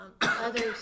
others